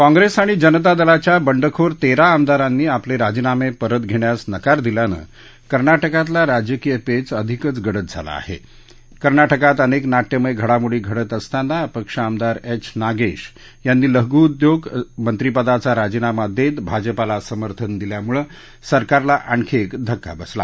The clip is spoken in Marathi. काँग्रस्तआणि जनता दलाच्या बंडखोर तस्तआमदारांनी आपल शिजीनाम प्रित घरखास नकार दिल्यानं कर्नाटकातला राजकीय पद्धअधिकच गडद झाला आह कर्नाटकात अनक्व नाट्यमय घडामोडी घडत असताना अपक्ष आमदार एच नागप्र यांनी लघु उद्योग मंत्रिपदाचा राजीनामा दक्षभाजपाला समर्थन दिल्यामुळजिरकारला आणखी एक धक्का बसला